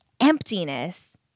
emptiness